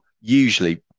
usually